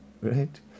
right